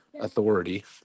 authority